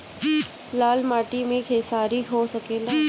लाल माटी मे खेसारी हो सकेला?